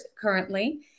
currently